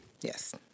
Yes